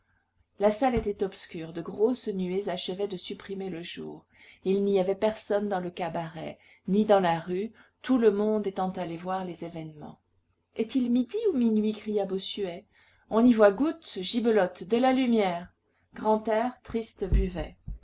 la salle était obscure de grosses nuées achevaient de supprimer le jour il n'y avait personne dans le cabaret ni dans la rue tout le monde étant allé voir les événements est-il midi ou minuit cria bossuet on n'y voit goutte gibelotte de la lumière grantaire triste buvait